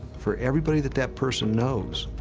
for everybody that that person knows.